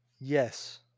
Yes